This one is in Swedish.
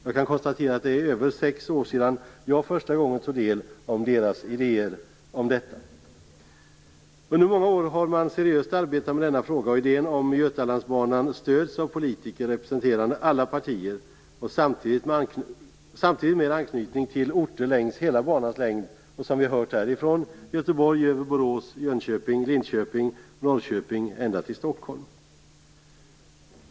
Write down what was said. Jag kan konstatera att det är över sex år sedan jag första gången tog del av de idéer som man där har om detta. Under många år har man seriöst arbetat med denna fråga, och idén om Götalandsbanan stöds av politiker representerande alla partier och med anknytning till orter längs hela banans längd. Den skulle - som vi hört här - gå från Göteborg över Borås, Jönköping, Linköping och Norrköping ända upp till Stockholm.